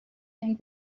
think